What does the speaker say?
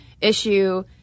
issue